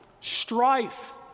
strife